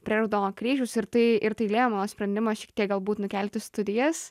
prie raudono kryžiaus ir tai ir tai lėmė mano sprendimą šiek tiek galbūt nukelti studijas